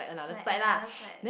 like another side